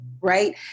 right